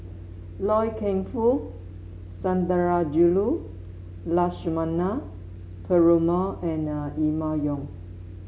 Loy Keng Foo Sundarajulu Lakshmana Perumal and Emma Yong